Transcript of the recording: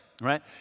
right